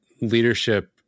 leadership